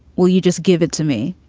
will you just give it to me?